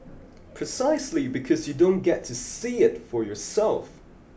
precisely because you don't get to see it for yourself